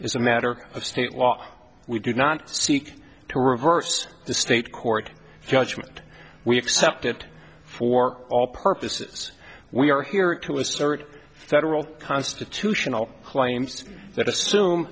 is a matter of state law we do not seek to reverse the state court judgment we accept it for all purposes we are here to assert federal constitutional claims that assume